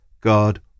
God